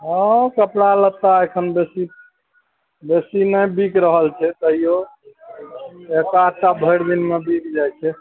हँ कपड़ा लत्ता एखन बेसी बेसी नहि बिक रहल छै तैयो एक आध टा भरि दिनमे बिक जाइ छै